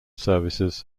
services